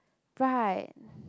right